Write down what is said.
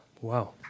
Wow